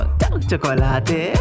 chocolate